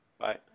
Bye